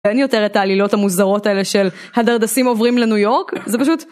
אין יותר את העלילות המוזרות האלה של הדרדסים עוברים לניו יורק, זה פשוט...